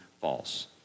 false